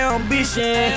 Ambition